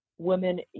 women